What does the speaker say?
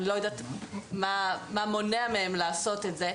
אני לא יודעת מה מונע מהן לעשות את זה.